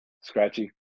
scratchy